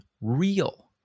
real